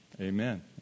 Amen